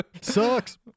Sucks